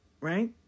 right